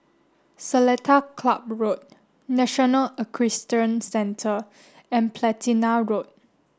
Seletar Club Road National Equestrian Centre and Platina Road